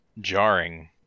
jarring